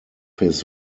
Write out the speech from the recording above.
his